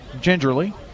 gingerly